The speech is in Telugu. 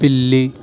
పిల్లి